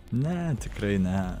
ne tikrai ne